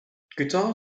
guitar